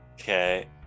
okay